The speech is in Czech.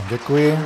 Děkuji.